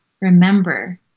remember